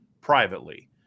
privately